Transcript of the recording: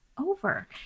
over